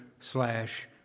slash